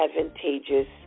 advantageous